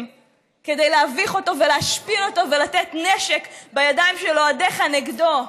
כדי להביך אותו ולהשפיל אותו ולתת נשק בידיים של אוהדיך נגדו,